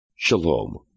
Shalom